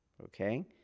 Okay